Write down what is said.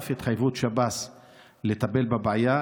על אף התחייבות שב"ס לטפל בבעיה,